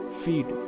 feed